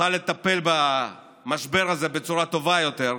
נוכל לטפל במשבר הזה בצורה טובה יותר.